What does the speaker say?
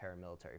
paramilitary